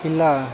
ಇಲ್ಲ